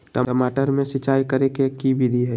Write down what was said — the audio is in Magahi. टमाटर में सिचाई करे के की विधि हई?